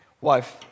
wife